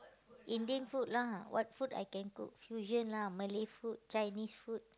Indian food lah what food I can cook fusion lah Malay food Chinese food